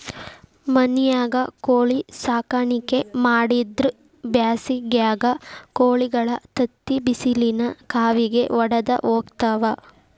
ಮನ್ಯಾಗ ಕೋಳಿ ಸಾಕಾಣಿಕೆ ಮಾಡಿದ್ರ್ ಬ್ಯಾಸಿಗ್ಯಾಗ ಕೋಳಿಗಳ ತತ್ತಿ ಬಿಸಿಲಿನ ಕಾವಿಗೆ ವಡದ ಹೋಗ್ತಾವ